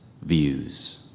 views